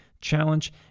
challenge